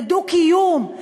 לדו-קיום,